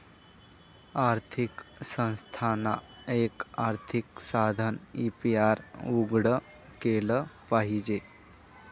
आर्थिक संस्थानांना, एक आर्थिक साधन ए.पी.आर उघडं केलं पाहिजे